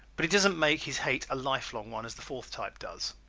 but he does not make his hate a life-long one, as the fourth type does.